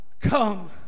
Come